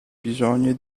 bisogni